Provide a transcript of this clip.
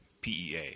pea